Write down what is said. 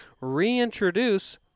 reintroduce